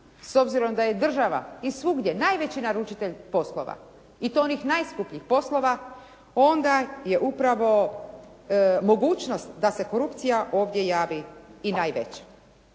s obzirom da je država i svugdje najveći naručitelj poslova, i to onih najskupljih poslova, onda je upravo mogućnost da se korupcija ovdje javi i najveća.